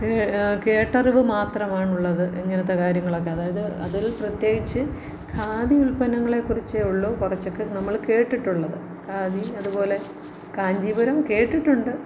K കേട്ടറിവു മാത്രമാണുള്ളത് ഇങ്ങനത്തെ കാര്യങ്ങളൊക്കെ അതായത് അതിൽ പ്രത്യേകിച്ചു ഖാദി ഉത്പന്നങ്ങളേക്കുറിച്ചേ ഉള്ളൂ കുറച്ചൊക്കെ നമ്മൾ കേട്ടിട്ടുള്ളത് ഖാദി അതു പോലെ കാഞ്ചീപുരം കേട്ടിട്ടുണ്ട്